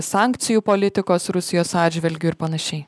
sankcijų politikos rusijos atžvilgiu ir panašiai